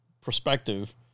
perspective